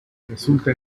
resulta